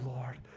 Lord